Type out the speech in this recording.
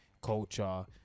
culture